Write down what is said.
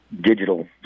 digital